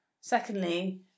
secondly